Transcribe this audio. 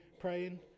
praying